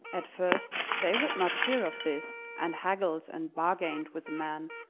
at first they would not hear of this, and haggled and bargained with the man,